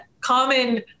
common